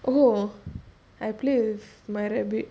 oh I play with my rabbit